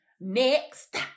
next